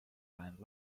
find